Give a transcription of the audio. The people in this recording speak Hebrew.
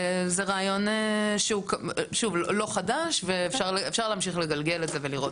זה רעיון שהוא לא חדש ואכן אפשר להמשיך לגלגל את זה ולבדוק